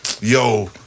yo